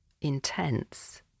intense